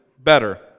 better